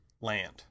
land